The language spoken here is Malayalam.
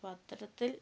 അപ്പം അത്തരത്തിൽ